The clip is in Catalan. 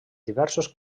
diversos